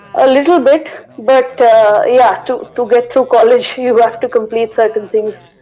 a little bit, but yeah, to to get to college, you have to complete certain things.